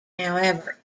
however